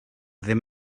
ddim